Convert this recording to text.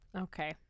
Okay